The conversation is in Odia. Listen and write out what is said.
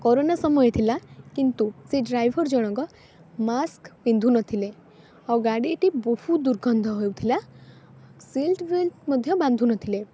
କରୋନା ସମୟ ଥିଲା କିନ୍ତୁ ସେ ଡ୍ରାଇଭର୍ ଜଣକ ମାସ୍କ୍ ପିନ୍ଧୁନଥିଲେ ଆଉ ଗାଡ଼ିଟି ବହୁତ ଦୁର୍ଗନ୍ଧ ହେଉଥିଲା ସିଟ୍ ବେଲ୍ଟ ମଧ୍ୟ ବାନ୍ଧୁ ନଥିଲେ